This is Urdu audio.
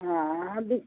ہاں ابھی